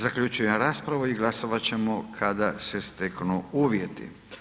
Zaključujem raspravu i glasovat ćemo kada se steknu uvjeti.